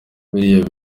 biriya